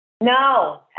No